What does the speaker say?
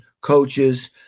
coaches